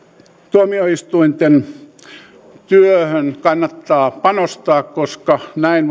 tuomioistuinten työhön kannattaa panostaa koska näin